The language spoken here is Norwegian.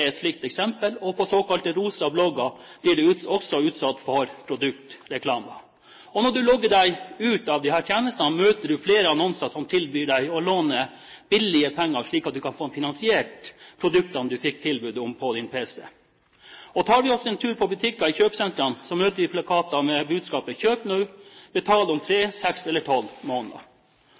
et slikt eksempel, og på såkalte rosa blogger blir du også utsatt for produktreklame. Og når du logger deg ut av disse tjenestene, møter du flere annonser som tilbyr deg å låne billige penger slik at du kan få finansiert produktene du fikk tilbud om på din pc. Og tar vi oss en tur i butikker på kjøpesentrene, møter vi plakater med budskapet «Kjøp nå – betal om 3, 6 eller 12 måneder».